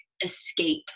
escape